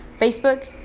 Facebook